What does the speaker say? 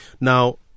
Now